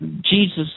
Jesus